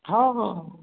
हा हाहा